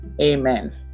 Amen